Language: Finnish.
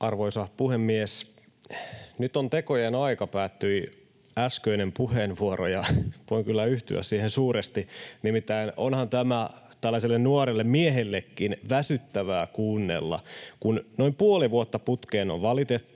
Arvoisa puhemies! ”Nyt on tekojen aika”, päättyi äskeinen puheenvuoro, ja voin kyllä yhtyä siihen suuresti. Nimittäin onhan tämä tällaiselle nuorelle miehellekin väsyttävää kuunnella, kun noin puoli vuotta putkeen on valitettu